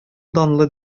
данлы